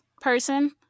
person